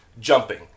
jumping